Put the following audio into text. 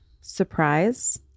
Surprise